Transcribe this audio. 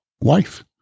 wife